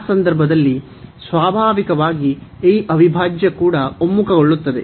ಆ ಸಂದರ್ಭದಲ್ಲಿ ಸ್ವಾಭಾವಿಕವಾಗಿ ಈ ಅವಿಭಾಜ್ಯ ಕೂಡ ಒಮ್ಮುಖಗೊಳ್ಳುತ್ತದೆ